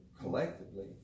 collectively